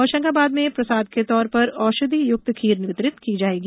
होशंगाबाद में प्रसाद के तौर पर औषधि युक्त खीर वितरित की जाएगी